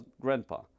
grandpa